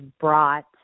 brought